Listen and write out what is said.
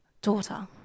daughter